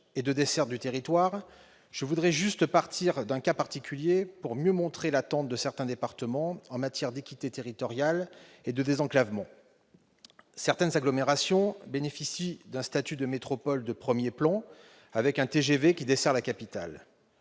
et de desserte du territoire, je voudrais juste partir d'un cas particulier pour mieux montrer l'attente de certains départements en matière d'équité territoriale et de désenclavement. Certaines agglomérations bénéficient d'un statut de métropole de premier plan avec un TGV qui dessert la capitale.